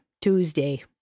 Tuesday